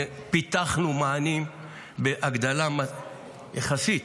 פיתחנו מענים בהגדלה, יחסית,